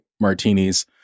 martinis